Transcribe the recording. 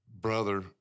brother